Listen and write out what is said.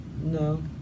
No